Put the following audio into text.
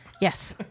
Yes